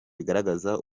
bigaragaza